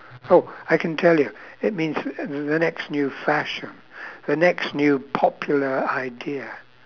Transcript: oh I can tell you it means the the next new fashion the next new popular idea